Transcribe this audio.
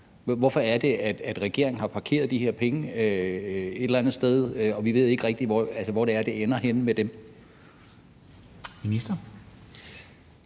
Hvorfor har regeringen parkeret de her penge et eller andet sted, så vi ikke rigtig ved, hvor det ender henne med dem? Kl.